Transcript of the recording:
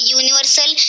universal